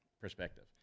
perspective